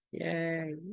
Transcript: Yay